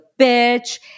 bitch